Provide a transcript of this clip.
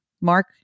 Mark